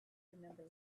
remember